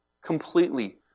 completely